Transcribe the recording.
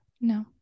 No